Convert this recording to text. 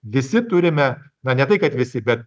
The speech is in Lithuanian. visi turime na ne tai kad visi bet